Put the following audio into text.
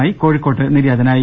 I കോഴിക്കോട്ട് നിര്യാതനായി